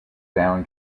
down